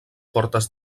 portes